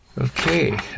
okay